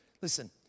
Listen